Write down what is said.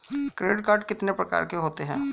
Credit card कितने प्रकार के होते हैं?